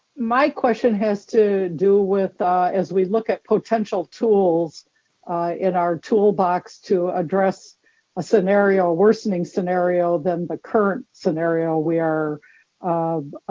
my question has to do with as we look at potential tools in our toolbox to address a scenario, worsening scenario than the current scenario we are um